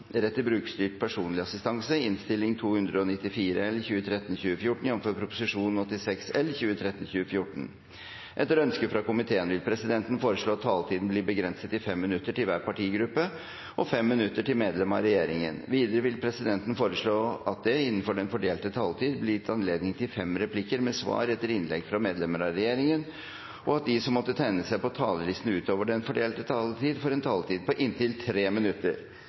at dette er riktige tiltak, og at vi også vil se det i statistikken for boligbygging. Flere har ikke bedt om ordet til sak nr. 28. Etter ønske fra næringskomiteen vil presidenten foreslå at taletiden blir begrenset til 5 minutter til hver partigruppe og 5 minutter til medlem av regjeringen. Videre vil presidenten foreslå at det innenfor den fordelte taletid blir gitt anledning til replikkordskifte på inntil tre replikker med svar etter innlegg fra medlem av regjeringen, og at de som måtte tegne seg på talerlisten utover den fordelte taletid, får en taletid på inntil